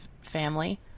family